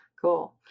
Cool